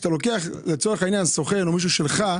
כשאתה לוקח לצורך העניין סוכן או מישהו שלך,